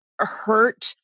hurt